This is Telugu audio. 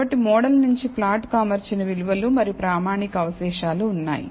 కాబట్టి మోడల్ నుండి ప్లాట్ కు అమర్చిన విలువలు మరియు ప్రామాణిక అవశేషాలు ఉన్నాయి